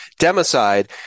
democide